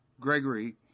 Gregory